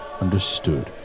understood